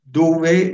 dove